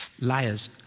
liars